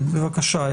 בבקשה,